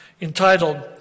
entitled